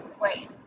Wait